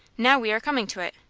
now we are coming to it.